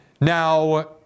Now